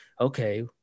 okay